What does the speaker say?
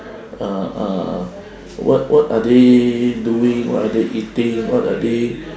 uh uh what what are they doing what are they eating what are they